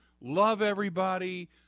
love-everybody –